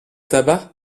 tabac